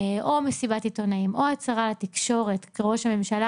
או מסיבת עיתונאים או הצהרה לתקשורת ראש הממשלה